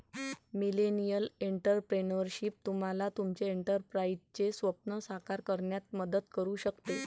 millennial entrepreneurship तुम्हाला तुमचे एंटरप्राइझचे स्वप्न साकार करण्यात मदत करू शकते